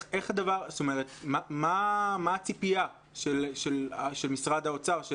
מה הציפייה של משרד האוצר?